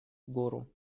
гору